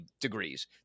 degrees